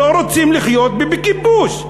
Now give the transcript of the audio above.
לא רוצים לחיות בכיבוש,